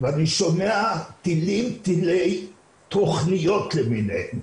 ואני שומע תלי תלים תכניות למיניהן.